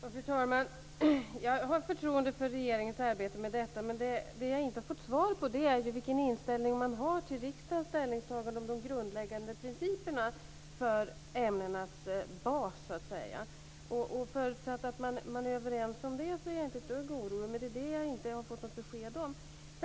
Fru talman! Jag har förtroende för regeringens arbete med detta. Det jag inte fått svar på är vilken inställning man har till riksdagens ställningstagande om de grundläggande principerna för ämnenas bas. Förutsatt att man är överens om det är jag inte ett dugg orolig. Men det är det jag inte fått något besked om.